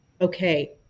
okay